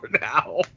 now